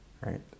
Right